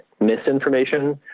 misinformation